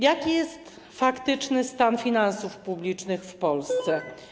Jaki jest faktyczny stan finansów publicznych w Polsce?